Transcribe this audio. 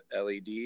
LED